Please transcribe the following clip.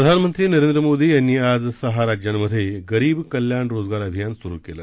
प्रधानमंत्री नरेंद्र मोदी यांनी आज सहा राज्यांमधे गरीब कल्याण रोजगार अभियान सुरु केलं